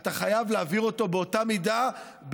אתה חייב להעביר אותו באותה מידה,